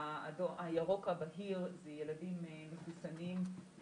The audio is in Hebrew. הירוק הבהיר זה ילדים מחוסנים/מחלימים,